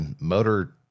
Motor